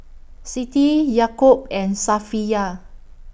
Siti Yaakob and Safiya